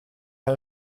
pam